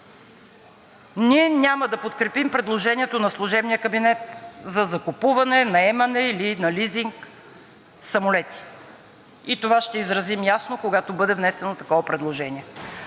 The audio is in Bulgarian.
Ние няма да подкрепим предложението на служебния кабинет за закупуване, наемане или на лизинг самолети, и това ще изразим ясно, когато бъде внесено такова предложение.